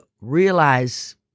realize